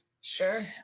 Sure